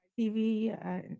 TV